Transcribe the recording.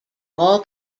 all